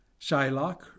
shylock